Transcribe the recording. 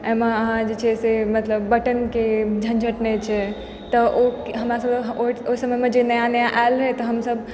अइमे अहाँ जे छै से मतलब बटनके झँझट नहि छै तऽ ओ हमरा सबके ओइ ट ओइ समयमे जे नया नया आयल रहय तऽ हमसभ